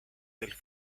del